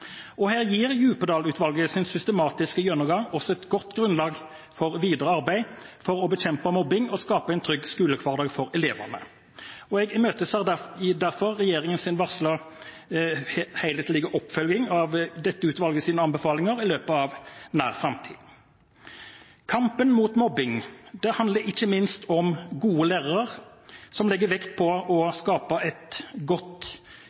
Her gir Djupedal-utvalgets systematiske gjennomgang oss et godt grunnlag for videre arbeid for å bekjempe mobbing og skape en trygg skolehverdag for elevene. Jeg imøteser derfor regjeringens varslede helhetlige oppfølging av dette utvalgets anbefalinger i løpet av nær framtid. Kampen mot mobbing handler ikke minst om gode lærere, som legger vekt på å skape et godt